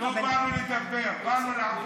לא באנו לדבר, באנו לעבוד.